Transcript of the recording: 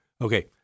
Okay